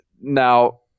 Now